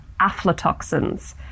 aflatoxins